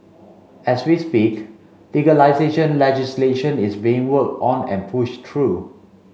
as we speak legalisation legislation is being worked on and pushed through